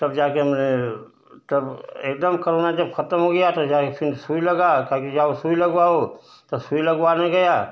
तब जा कर हमने तब एकदम करोना जब ख़त्म हो गया तो जा कर फिर सुई लगा कहा कि जाओ सुई लगवाओ तो सुई लगवाने गया